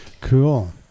Cool